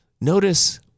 Notice